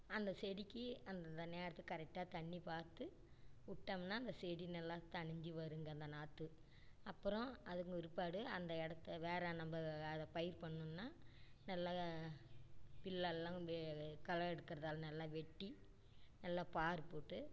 அந்த செடிக்கு அந்தந்த நேரத்துக்கு கரெக்டாக தண்ணி பார்த்து விட்டம்ன்னா அந்த செடி நல்லா தணிஞ்சி வருங்க அந்த நாற்று அப்பறம் அதுங்க பிற்பாடு அந்த இடத்த வேற நம்ம அதை பயிர் பண்ணணுன்னா நல்லா புல்லல்லாம் வே களை எடுக்கிறதால நல்லா வெட்டி நல்லா பார் போட்டு